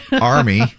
Army